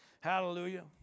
Hallelujah